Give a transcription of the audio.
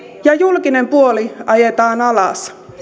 ja julkinen puoli ajetaan alas